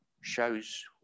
shows